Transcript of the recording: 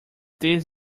this